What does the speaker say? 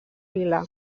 vila